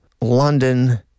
London